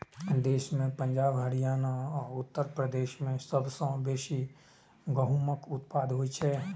देश मे पंजाब, हरियाणा आ उत्तर प्रदेश मे सबसं बेसी गहूमक उत्पादन होइ छै